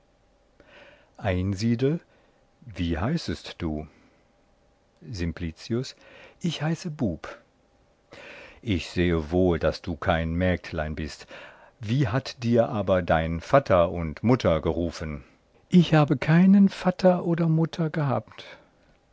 frag einsiedel wie heißest du simpl ich heiße bub einsied ich sehe wohl daß du kein mägdlein bist wie hat dir aber dein vatter und mutter gerufen simpl ich habe keinen vatter oder mutter gehabt